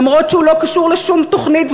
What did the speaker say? אף שהוא לא קשור לשום תוכנית,